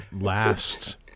last